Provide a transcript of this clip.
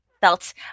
felt